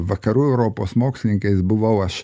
vakarų europos mokslininkais buvau aš